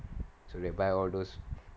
so they buy all those